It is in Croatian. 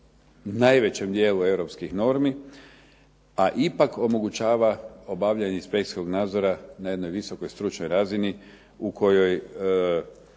najvećem dijelu europskih normi a ipak omogućava obavljanje inspekcijskog nadzora na jednoj visokoj stručnoj razini u kojoj